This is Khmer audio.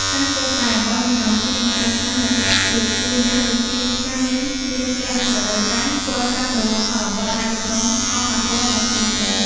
ការធ្វើស្រែអំបិលនៅកម្ពុជាពឹងផ្អែកខ្លាំងលើអាកាសធាតុ តួយ៉ាងដូចជាការមានភ្លៀងធ្លាក់នៅរដូវប្រាំង ធ្វើឲ្យការប្រមូលផលអំបិលអាចនឹងរងផលប៉ះពាល់យ៉ាងធ្ងន់ធ្ងរ។